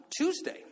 Tuesday